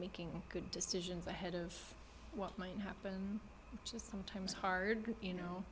making good decisions ahead of what might happen sometimes hard you know